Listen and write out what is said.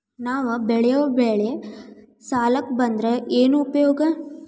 ನಾವ್ ಬೆಳೆಯೊ ಬೆಳಿ ಸಾಲಕ ಬಂದ್ರ ಏನ್ ಉಪಯೋಗ?